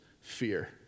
fear